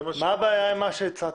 מה הבעיה עם מה שהצעתי?